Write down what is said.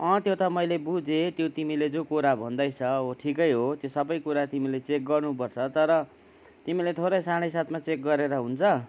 त्यो त मैले बुजे त्यो तिमीले जो कुरा भन्दैछ हो ठिकै हो त्यो सबै कुरा तिमीले चेक गर्नुपर्छ तर तिमीले थोरै साढे सातमा चेक गरेर हुन्छ